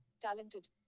talented